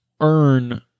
earn